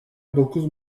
dokuz